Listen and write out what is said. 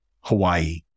Hawaii